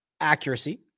accuracy